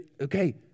okay